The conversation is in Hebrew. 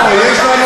יש ספק אחד,